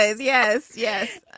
ah yes yes.